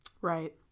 Right